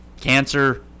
cancer